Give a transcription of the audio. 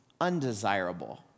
undesirable